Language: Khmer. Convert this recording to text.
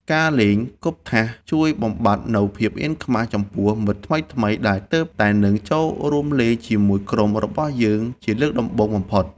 ការលេងគប់ថាសជួយបំបាត់នូវភាពអៀនខ្មាសចំពោះមិត្តថ្មីៗដែលទើបតែនឹងចូលរួមលេងជាមួយក្រុមរបស់យើងជាលើកដំបូងបំផុត។